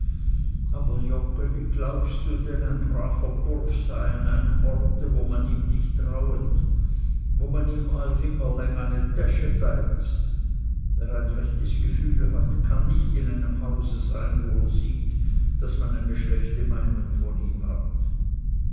aber joggeli glaubst du denn ein braver bursche sei an einem ort wo man ihm nicht trauet wo man ihm all finger läng eine täsche beizt wer ein rechtes gefühl hat kann nicht in einem hause sein wo er sieht daß man eine schlechte meinung von ihm hat